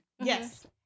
Yes